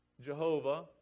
Jehovah